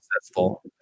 successful